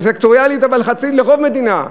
סקטוריאליות, אבל לרוב המדינה.